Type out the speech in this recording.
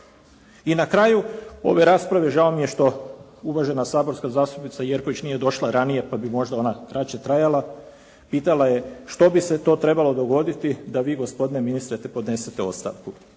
I na kraju ove rasprave žao mi je što uvažena saborska zastupnica Jerković nije došla ranije, pa bi možda kraće trajala, pitala je što bi se to trebalo dogoditi da vi gospodine ministre podnesete ostavku.